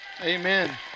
Amen